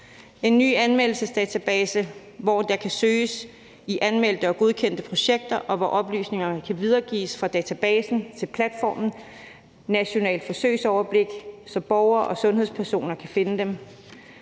en ny anmeldelsesdatabase, hvor der kan søges i anmeldte og godkendte projekter, og hvor oplysningerne kan videregives fra databasen til platformen; et nationalt forsøgsoverblik, så borgere og sundhedspersoner kan finde dem,